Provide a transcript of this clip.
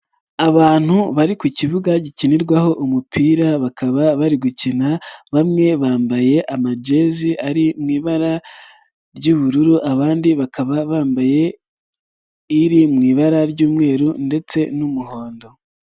Abantu bari ku kibuga gikinirwaho umupira bakaba bari gukina, bamwe bambaye amajezi ari mu ibara ry'ubururu abandi bakaba bambaye iri mu ibara ry'umweru ndetse n'umuhondo.